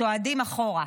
צועדים אחורה.